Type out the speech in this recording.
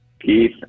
Keith